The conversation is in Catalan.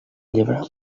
llebre